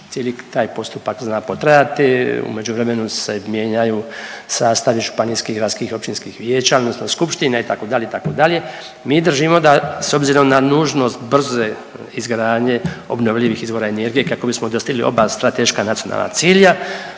cijeli taj postupak zna potrajati, u međuvremenu se mijenjaju sastavi županijskih i gradskih i općinskih vijeća odnosno skupština itd., itd.. Mi držimo da s obzirom na nužnost brze izgradnje obnovljivih izvora energije kako bismo dostigli oba strateška nacionalna cilja